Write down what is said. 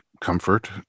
comfort